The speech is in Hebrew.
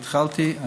והתחלתי,